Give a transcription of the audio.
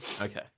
Okay